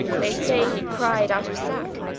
they say he cryed out of sack